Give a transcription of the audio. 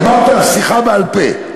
דיברת על שיחה בעל-פה.